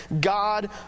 god